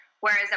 whereas